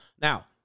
Now